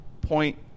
point